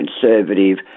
conservative